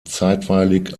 zeitweilig